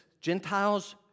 Gentiles